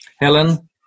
Helen